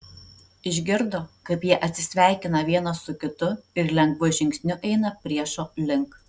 išgirdo kaip jie atsisveikina vienas su kitu ir lengvu žingsniu eina priešo link